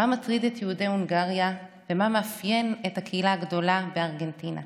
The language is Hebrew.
מה מטריד את יהודי הונגריה ומה מאפיין את הקהילה הגדולה בארגנטינה.